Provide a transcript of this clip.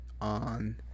on